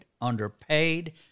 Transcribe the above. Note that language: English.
underpaid